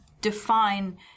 define